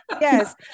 Yes